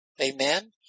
Amen